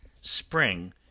Spring